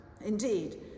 Indeed